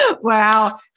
Wow